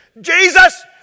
Jesus